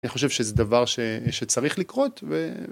אני חושב שזה דבר שצריך לקרות.